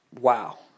wow